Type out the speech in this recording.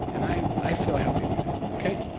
and i i feel happy with it. okay?